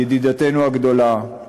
ידידתנו הגדולה,